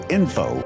info